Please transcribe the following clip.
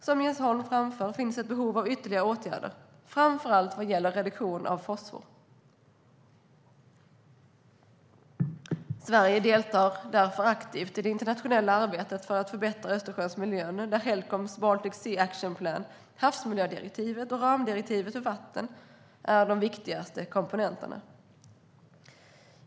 Som Jens Holm framför finns ett behov av ytterligare åtgärder, framför allt vad gäller reduktion av fosfor. Sverige deltar därför aktivt i det internationella arbetet för att förbättra Östersjöns miljö där Helcoms Baltic Sea Action Plan, havsmiljödirektivet och ramdirektivet för vatten är de viktigaste komponenterna.